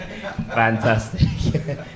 Fantastic